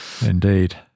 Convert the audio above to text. Indeed